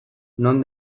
non